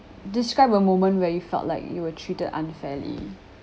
describe a moment where you felt like you were treated unfairly